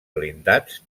blindats